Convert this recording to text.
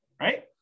right